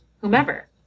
whomever